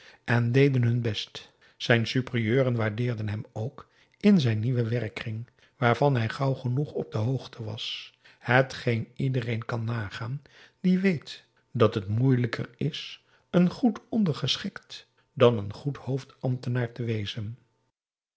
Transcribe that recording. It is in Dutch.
en deden hun best zijn superieuren waardeerden hem ook in zijn nieuwen werkkring waarvan hij gauw genoeg op de hoogte was hetgeen iedereen kan nagaan die weet dat het moeilijker is een goed ondergeschikt dan een goed hoofdambtenaar te wezen